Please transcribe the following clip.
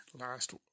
last